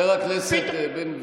יפו, פתאום, חבר הכנסת בן גביר.